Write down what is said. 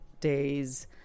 days